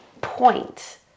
point